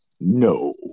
No